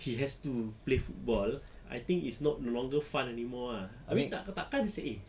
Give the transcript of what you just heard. he has to play football I think it's not no longer fun anymore ah abeh takkan takkan seh eh